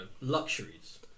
luxuries